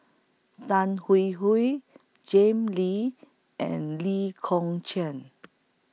Tan Hwee Hwee Jim Lee and Lee Kong Chian